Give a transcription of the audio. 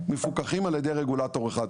מפוקחים על ידי רגולטור אחד.